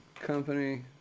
Company